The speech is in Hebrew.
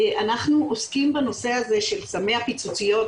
אנחנו עושים בנושא הזה של סמי הפיצוציות,